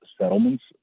settlements